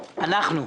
אנחנו.